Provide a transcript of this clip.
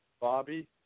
Bobby